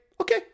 Okay